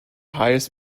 highest